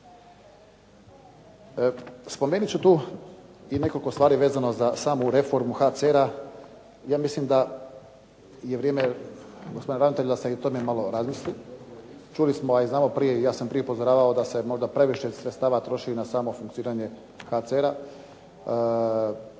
Spomenut ću tu i nekoliko stvari vezano za samu reformu HCR-a. Ja mislim da je vrijeme, gospodine ravnatelju, da se i o tome malo razmisli. Čuli smo, a i znamo prije, ja sam prije upozoravao da se možda previše sredstava troši na samo funkcioniranje HCR-a,